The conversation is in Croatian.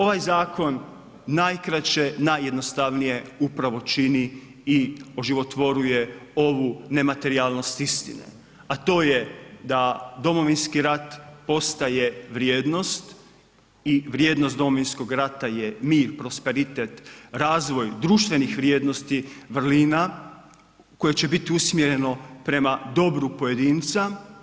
Ovaj zakon najkraće, najjednostavnije upravo čini i oživotvoruje ovu nematerijalnost istine, a to je da Domovinski rat postaje vrijednost i vrijednost Domovinskog rata je mir, prosperitet, razvoj društvenih vrijednosti, vrlina koje će biti usmjereno prema dobru pojedinca.